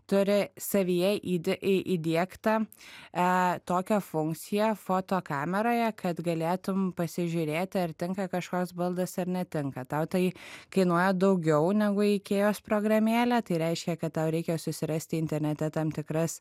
turi savyje idi i įdiegtą e tokią funkciją foto kameroje kad galėtum pasižiūrėti ar tinka kažkoks baldas ar netinka tau tai kainuoja daugiau negu ikėjos programėlė tai reiškia kad tau reikia susirasti internete tam tikras